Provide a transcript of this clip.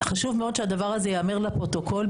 חשוב מאוד שהדבר הזה ייאמר לפרוטוקול,